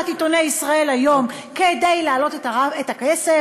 עיתוני "ישראל היום" כדי להעלות את הכסף.